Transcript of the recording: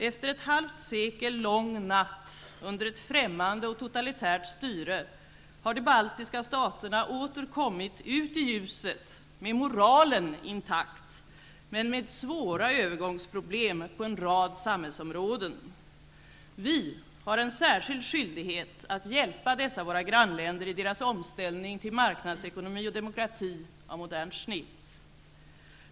Efter ett halvt sekel lång natt under ett främmande och totalitärt styre har de baltiska staterna åter kommit ut i ljuset med moralen intakt men med svåra övergångsproblem på en rad samhällsområden. Vi har en särskild skyldighet att hjälpa dessa våra grannländer i deras omställning till marknadsekonomi och demokrati av modernt snitt.